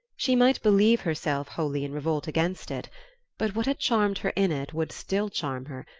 she might believe herself wholly in revolt against it but what had charmed her in it would still charm her,